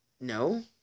no